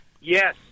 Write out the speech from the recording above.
Yes